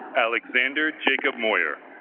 alexander jacob moyer,